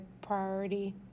priority